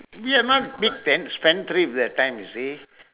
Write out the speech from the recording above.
ya man mean can spendthrift that time you see